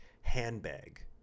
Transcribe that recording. handbag